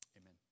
Amen